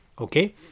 okay